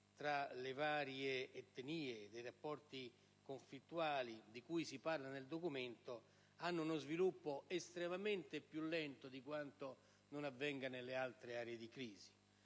tra le varie etnie e i rapporti conflittuali hanno uno sviluppo estremamente più lento di quanto non avvenga nelle altre aree di crisi.